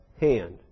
hand